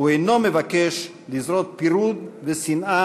הוא אינו מבקש לזרות פירוד ושנאה,